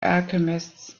alchemists